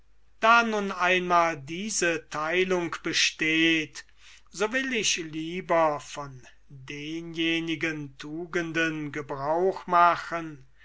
da nun einmal diese theilung besteht so will ich lieber von denjenigen gebrauch machen